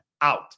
out